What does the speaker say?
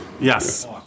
Yes